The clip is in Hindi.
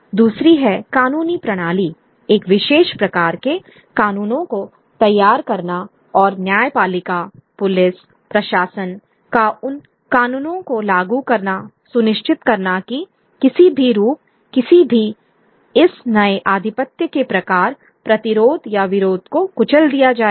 दूसरी है कानूनी प्रणाली एक विशेष प्रकार के कानूनों को तैयार करना और न्यायपालिका पुलिस प्रशासन का उन कानूनों को लागू करना सुनिश्चित करना कि किसी भी रूप किसी भी इस नए आधिपत्य के प्रकार प्रतिरोध या विद्रोह को कुचल दिया जाएगा